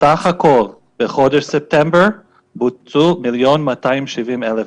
סך הכול בחודש ספטמבר בוצעו 1,270 מיליון בדיקות.